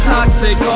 Toxic